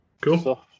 Cool